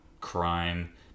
crime